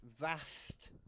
vast